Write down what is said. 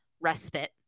respite